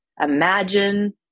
imagine